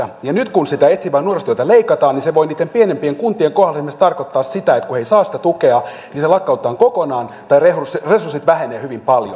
nyt kun sitä etsivää nuorisotyötä leikataan niin se voi niiden pienempien kuntien kohdalla esimerkiksi tarkoittaa sitä että kun he eivät saa sitä tukea niin se lakkautetaan kokonaan tai resurssit vähenevät hyvin paljon